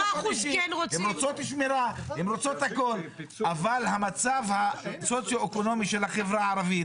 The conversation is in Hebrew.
הן רוצות שמירה אבל המצב הסוציו-אקונומי של החברה הערבית